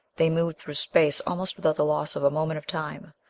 they moved through space almost without the loss of a moment of time.